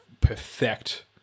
perfect